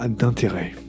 d'intérêt